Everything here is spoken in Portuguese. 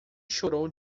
chorou